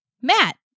Matt